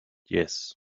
jes